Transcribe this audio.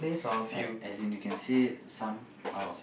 as as in you can say some out